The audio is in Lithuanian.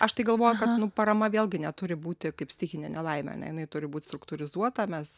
aš tai galvoju kad nu parama vėlgi neturi būti kaip stichinė nelaimė ane jinai turi būt struktūrizuota mes